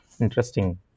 interesting